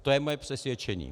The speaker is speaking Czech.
To je moje přesvědčení.